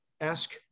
ask